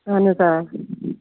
اَہَن حظ آ